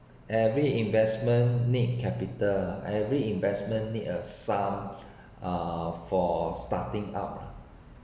every investment need capital every investment need a sum uh for starting up